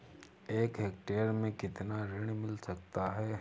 एक हेक्टेयर में कितना ऋण मिल सकता है?